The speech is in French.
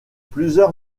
plusieurs